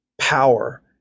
power